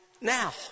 now